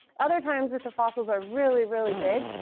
other times that the fossils are really, really big.